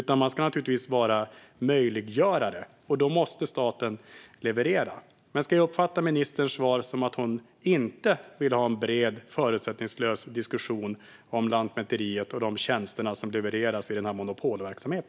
Man ska naturligtvis i stället vara möjliggörare, och då måste staten leverera. Ska jag uppfatta ministerns svar som att hon inte vill ha en bred, förutsättningslös diskussion om Lantmäteriet och de tjänster som levereras i denna monopolverksamhet?